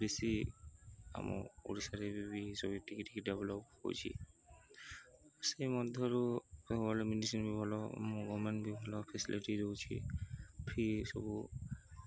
ବେଶୀ ଆମ ଓଡ଼ିଶାରେ ଏବେବି ସବୁ ଟିକେ ଟିକେ ଡେଭେଲପ ହେଉଛିି ସେଇ ମଧ୍ୟରୁ ଭଲ ମେଡିସିନ୍ ବି ଭଲ ଗମେଣ୍ଟ ବି ଭଲ ଫେସିଲିଟି ଦେଉଛିି ଫି ସବୁ